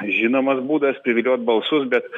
žinomas būdas priviliot balsus bet